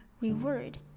reward